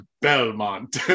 Belmont